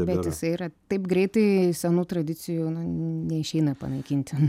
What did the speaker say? bet jisai yra taip greitai senų tradicijų neišeina panaikinti